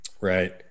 Right